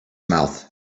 mouth